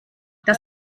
das